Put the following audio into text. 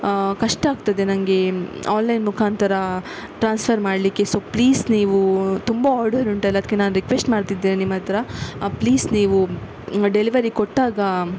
ಕಷ್ಟ ಆಗ್ತದೆ ನನಗೆ ಆನ್ಲೈನ್ ಮುಖಾಂತರ ಟ್ರಾನ್ಸ್ಫರ್ ಮಾಡಲಿಕ್ಕೆ ಸೊ ಪ್ಲೀಸ್ ನೀವು ತುಂಬ ಆರ್ಡರ್ ಉಂಟಲ್ಲ ಅದಕ್ಕೆ ನಾನು ರಿಕ್ವೆಸ್ಟ್ ಮಾಡ್ತಿದ್ದೇನೆ ನಿಮ್ಮತ್ರ ಪ್ಲೀಸ್ ನೀವು ಡೆಲಿವರಿ ಕೊಟ್ಟಾಗ